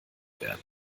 werden